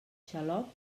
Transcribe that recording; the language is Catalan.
xaloc